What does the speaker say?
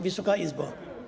Wysoka Izbo!